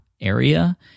area